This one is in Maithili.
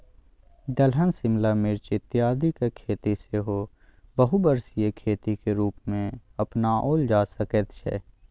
दलहन शिमला मिर्च इत्यादिक खेती सेहो बहुवर्षीय खेतीक रूपमे अपनाओल जा सकैत छै